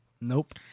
Nope